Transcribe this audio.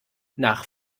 nach